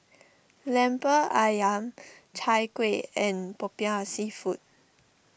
Lemper Ayam Chai Kuih and Popiah Seafood